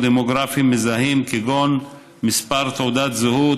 או דמוגרפיים מזהים כגון מספר תעודת זהות,